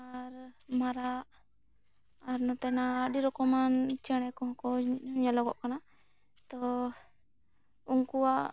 ᱟᱨ ᱢᱟᱨᱟᱜ ᱟᱨ ᱱᱚᱛᱮᱱᱟ ᱟᱹᱰᱤ ᱨᱚᱠᱚᱢ ᱟᱱ ᱪᱮᱬᱮ ᱠᱚ ᱦᱚᱸ ᱧᱮᱞᱚᱜ ᱠᱟᱱᱟ ᱛᱚ ᱩᱱᱠᱩᱣᱟᱜ